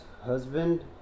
husband